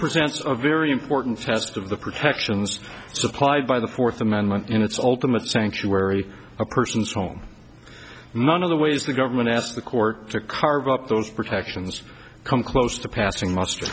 presents a very important test of the protections supplied by the fourth amendment and it's all to make the sanctuary a person's home none of the ways the government asked the court to carve up those protections come close to passing must